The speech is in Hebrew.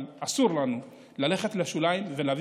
אבל אסור לנו ללכת לשוליים ולהביא